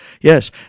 yes